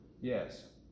Yes